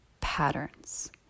patterns